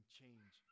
change